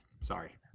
Sorry